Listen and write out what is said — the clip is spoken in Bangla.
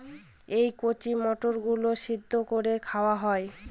এই কচি মটর গুলো সেদ্ধ করে খাওয়া হয়